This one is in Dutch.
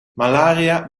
malaria